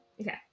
Okay